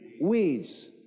Weeds